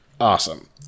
Awesome